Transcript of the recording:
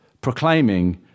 proclaiming